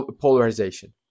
polarization